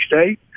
State